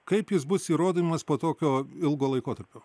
kaip jis bus įrodymas po tokio ilgo laikotarpio